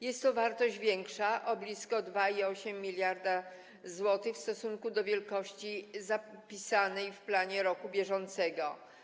Jest to wartość większa o blisko 2,8 mld zł w stosunku do wielkości zapisanej w planie roku bieżącego.